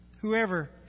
Whoever